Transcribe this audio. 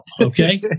Okay